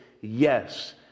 yes